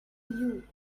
you